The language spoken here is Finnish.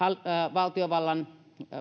valtiovallan